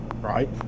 right